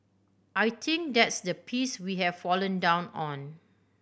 I think that's the piece we have fallen down on